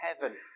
heaven